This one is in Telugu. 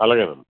అలాగేనమ్మా